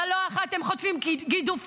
אבל לא אחת הם חוטפים גידופים,